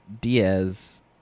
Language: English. Diaz